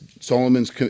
Solomon's